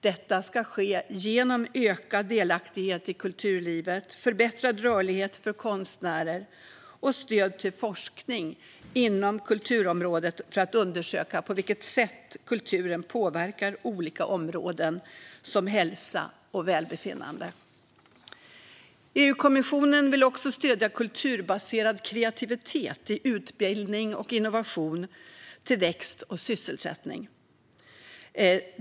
Detta ska ske genom ökad delaktighet i kulturlivet, förbättrad rörlighet för konstnärer och stöd till forskning inom kulturområdet för att undersöka på vilket sätt kulturen påverkar olika områden, till exempel hälsa och välbefinnande. EU-kommissionen vill även stödja kulturbaserad kreativitet i utbildning och innovation, tillväxt och sysselsättning.